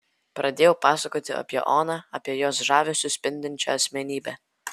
pradėjau pasakoti apie oną apie jos žavesiu spindinčią asmenybę